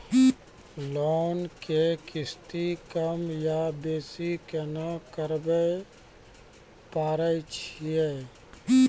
Loan के किस्ती कम या बेसी केना करबै पारे छियै?